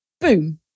boom